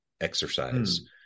exercise